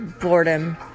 boredom